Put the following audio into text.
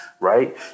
Right